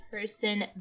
person